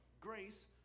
Grace